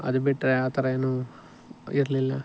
ಅದು ಬಿಟ್ಟರೆ ಆ ಥರ ಏನು ಇರಲಿಲ್ಲ